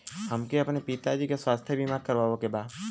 हमके अपने पिता जी के स्वास्थ्य बीमा करवावे के बा?